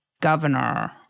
governor